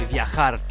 Viajar